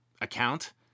account